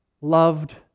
loved